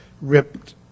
ripped